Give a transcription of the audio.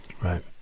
Right